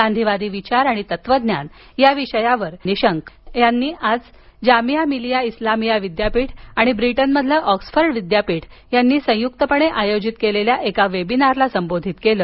गांधीवादी विचार आणि तत्वज्ञान या विषयावर निशंक यांनी आज जामिया मिलीया इस्लामिया विद्यापीठ आणि ब्रिटनमधील ऑक्सफर्ड विद्यापिठानं संयुक्तपणे आयोजित केलेल्या एका वेबिनारला संबोधित केल